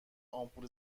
آمپول